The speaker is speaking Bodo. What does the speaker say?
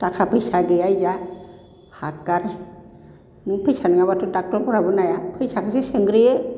थाखा फैसा गैयाब्ला हाग्गार नों फैसा नङाब्लाथ' ड'क्टर फोराबो नाया फैसाखोसो सोंग्रोयो